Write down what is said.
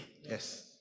Yes